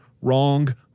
wrong